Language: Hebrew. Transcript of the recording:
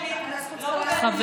מרכזים שמטפלים, נכון, ולכן, חברים.